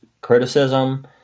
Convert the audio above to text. criticism